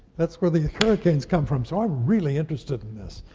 that's where the hurricanes come from. so i'm really interested in this.